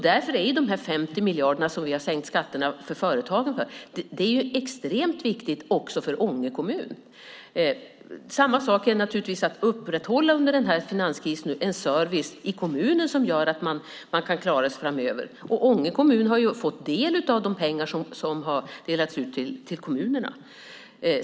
Därför är de 50 miljarderna som vi har sänkt skatterna med för företagen extremt viktiga även för Ånge kommun. Samma sak gäller naturligtvis att nu under den här finanskrisen upprätthålla en service i kommunen som gör att man kan klara sig framöver. Ånge kommun har ju fått del av de pengar som har delats ut till kommunerna.